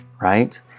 right